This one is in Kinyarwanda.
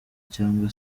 cyangwa